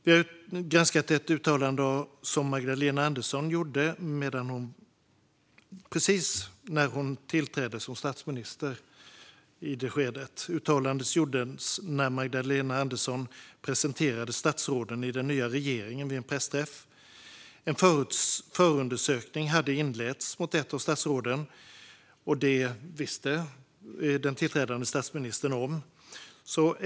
Vi har granskat ett uttalande som Magdalena Andersson gjorde precis när hon tillträdde som statsminister. Uttalandet gjordes när Magdalena Andersson presenterade statsråden i den nya regeringen vid en pressträff. En förundersökning hade inletts mot ett av statsråden, och det visste den tillträdande statsministern om.